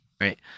Right